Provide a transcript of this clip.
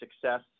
success